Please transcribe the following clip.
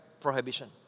prohibition